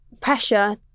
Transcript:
pressure